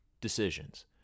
decisions